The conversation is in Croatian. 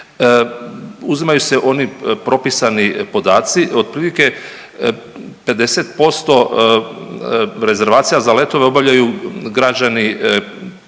Uzimaju se oni propisani podaci otprilike 50% rezervacija za letove obavljaju građani